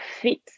fit